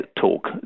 talk